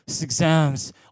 exams